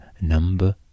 number